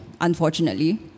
unfortunately